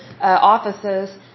offices